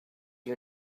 you